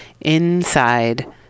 Inside